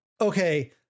okay